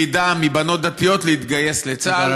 למה מונעים מידע מבנות דתיות על גיוס לצה"ל.